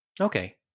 okay